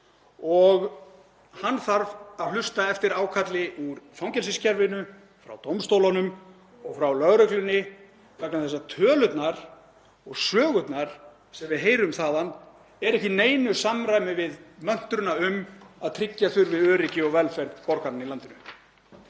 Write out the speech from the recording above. Hann þarf að hlusta eftir ákalli úr fangelsiskerfinu, frá dómstólunum og frá lögreglunni vegna þess að tölurnar og sögurnar sem við heyrum þaðan eru ekki í neinu samræmi við möntruna um að tryggja þurfi öryggi og velferð borgaranna í landinu.